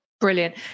Brilliant